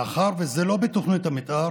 מאחר שזה לא בתוכנית המתאר,